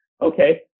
okay